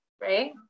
right